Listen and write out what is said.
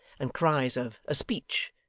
and cries of a speech!